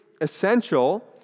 essential